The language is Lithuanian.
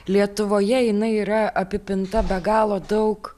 lietuvoje jinai yra apipinta be galo daug